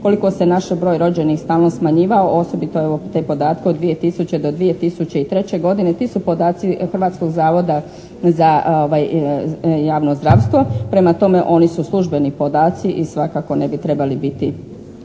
koliko se naš broj rođenih stalno smanjivao, osobito te podatke od 2000.-2003. godine, ti su podaci Hrvatsko zavoda za javno zdravstvo. Prema tome, oni su službeni podaci i svakako ne bi trebali biti